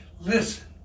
Listen